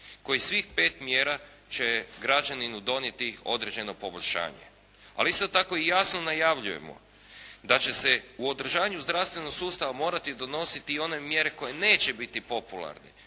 koje svih pet mjera će građaninu donijeti određeno poboljšanje. Ali isto tako i jasno najavljujemo da će se u održanju zdravstvenog sustava morati donositi i one mjere koje neće biti popularne.